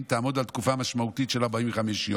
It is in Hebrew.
תעמוד על תקופה משמעותית של 45 יום.